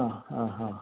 ആ ആ ആ